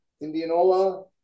Indianola